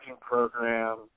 program